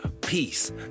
Peace